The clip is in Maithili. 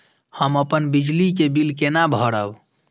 हम अपन बिजली के बिल केना भरब?